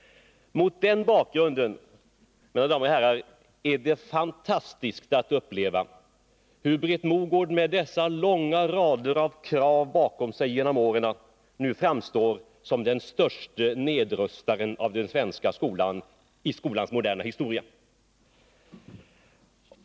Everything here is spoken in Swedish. Mot den bakgrunden, mina damer och herrar, är det fantastiskt att uppleva hur Britt Mogård med dessa långa rader av krav bakom sig genom åren, nu framstår som den störste nedrustaren av den svenska skolan i skolans moderna historia.